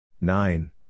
Nine